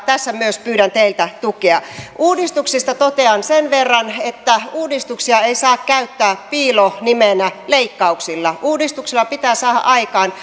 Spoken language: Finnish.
tässä pyydän teiltä tukea uudistuksista totean sen verran että uudistuksia ei saa käyttää piilonimenä leikkauksille uudistuksilla pitää saada aikaan